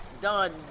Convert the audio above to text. done